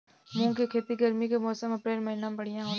मुंग के खेती गर्मी के मौसम अप्रैल महीना में बढ़ियां होला?